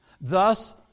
Thus